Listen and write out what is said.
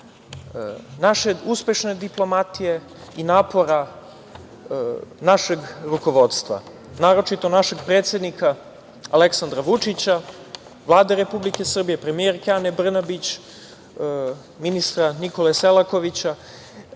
naše uspešne diplomatije i napora našeg rukovodstva, naročito našeg predsednika, Aleksandra Vučića, Vlade Republike Srbije, premijerke Ane Brnabić, ministra Nikole Selakovića.